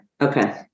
okay